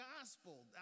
gospel